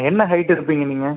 என்ன ஹைட் இருப்பீங்க நீங்கள்